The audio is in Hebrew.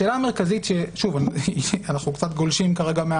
שוב, אנחנו קצת גולשים כרגע,